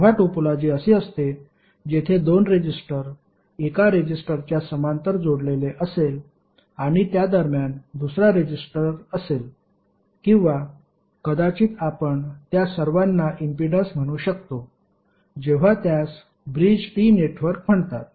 जेव्हा टोपोलॉजी अशी असते जेथे दोन रेजिस्टर एका रेजिस्टरच्या समांतर जोडलेले असेल आणि त्या दरम्यान दुसरा रेजिस्टर असेल किंवा कदाचित आपण त्या सर्वांना इम्पीडन्स म्हणू शकतो जेव्हा त्यास ब्रिज्ड टी नेटवर्क म्हणतात